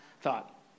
thought